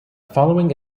following